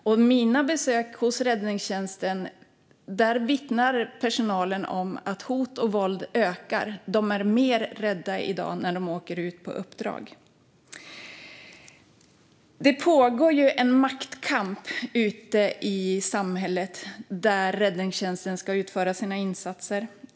Vid mina besök hos räddningstjänsten vittnar personalen om att hot och våld ökar. De är mer rädda i dag när de åker ut på uppdrag. Det pågår en maktkamp ute i samhället, där räddningstjänsten ska utföra sina insatser.